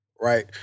right